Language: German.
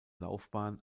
laufbahn